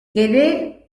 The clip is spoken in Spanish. querer